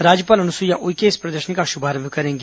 राज्यपाल अनुसईया उइके इस प्रदर्शनी का श्रभारंभ करेंगी